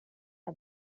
are